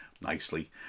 nicely